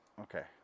okay